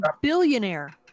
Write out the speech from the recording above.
billionaire